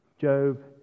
Job